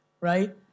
right